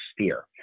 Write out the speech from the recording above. sphere